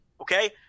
Okay